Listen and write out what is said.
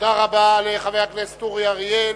תודה רבה לחבר הכנסת אורי אריאל.